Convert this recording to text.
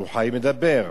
שהוא חי מדבר,